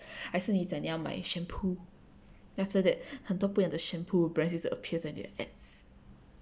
还是你讲你要买 shampoo then after that 很多不一样的 shampoo brand 一直 appear 在你的 ads